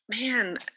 Man